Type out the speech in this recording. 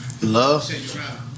Love